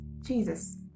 Jesus